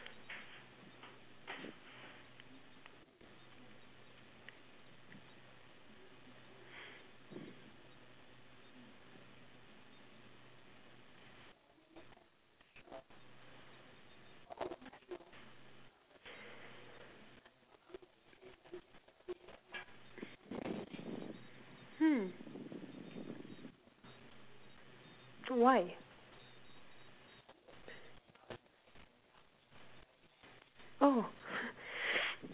hmm why oh